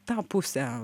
tą pusę